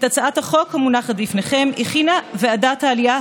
את הצעת החוק המונחת בפניכם הכינה ועדת העלייה,